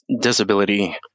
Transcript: disability